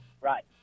Right